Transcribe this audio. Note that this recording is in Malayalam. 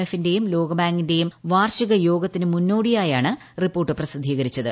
എഫിന്റെയും ലോകബാങ്കിന്റെയും വാർഷിക യോഗത്തിനു മുന്നോടിയായാണ് റിപ്പോർട്ട് പ്രസിദ്ധീകരിച്ചത്